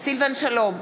סילבן שלום,